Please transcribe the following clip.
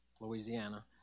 Louisiana